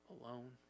alone